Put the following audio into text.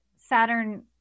saturn